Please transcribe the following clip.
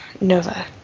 Nova